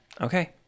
Okay